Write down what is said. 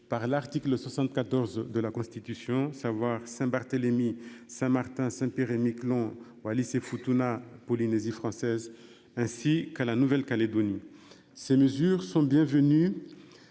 par l'article 74 de la Constitution savoir Saint-Barthélemy, Saint-Martin, Saint-Pierre-et-Miquelon. Wallis-et-Futuna Polynésie française ainsi qu'à la Nouvelle-Calédonie. Ces mesures sont bienvenues.